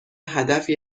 هدفی